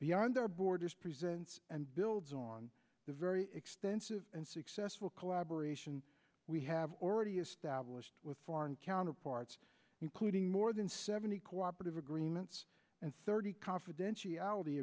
beyond our borders present and builds on the very extensive and successful collaboration we have already established with foreign counterparts including more than seventy cooperative agreements and thirty confidentiality